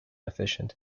efficient